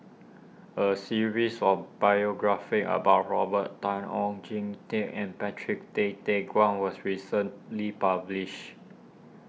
a series of biographies about Robert Tan Oon Jin Teik and Patrick Tay Teck Guan was recently published